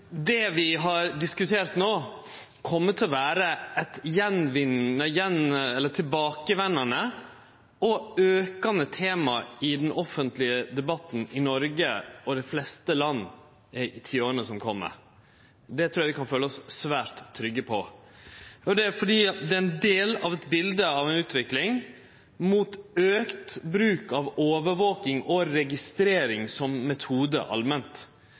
Det vi har diskutert no, kjem til å vere eit tilbakevendande og aukande tema i den offentlege debatten i Noreg og i dei fleste landa i tiåra som kjem. Det trur eg vi kan føle oss svært trygge på. Dette er fordi det er ein del av eit bilete av ei utvikling mot auka bruk av overvaking og registrering som metode allment.